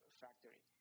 factory